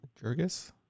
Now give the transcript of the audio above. Jurgis